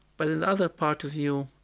but another part of you,